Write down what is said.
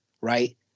right